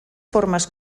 formes